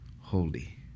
holy